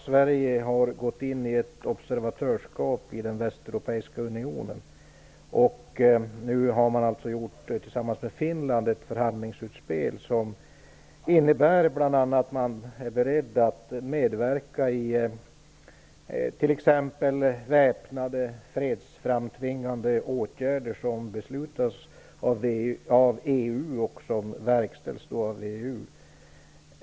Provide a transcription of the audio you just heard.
Sverige har gått in i ett observatörskap i den västeuropeiska unionen och har nu alltså tillsammans med Finland gjort ett förhandlingsutspel, som bl.a. innebär att man är beredd att medverka i t.ex. väpnade fredsframtvingande åtgärder, som beslutas av EU och som verkställs av VEU.